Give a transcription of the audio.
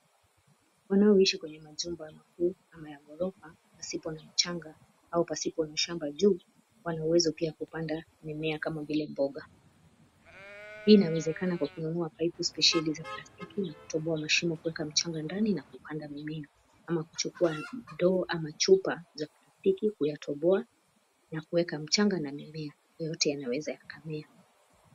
Wanaoishi kwenye majumba makuu, ama ya ghorofa, pasipo na mchanga, au pasipo mashamba juu, wana uwezo wa pia kupanda, mimea kama vile mboga. Hii inawezekana kwa kununua paipu spesheli za plastiki na kutoboa mashimo kuweka mchanga ndani na kupanda mimea. Ama kuchukua ndoo, ama chupa za plastiki, kuyatoboa, na kuweka mchanga, na mimea. Yote yanaweza yakamea .